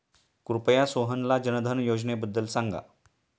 कृपया सोहनला जनधन योजनेबद्दल सांगा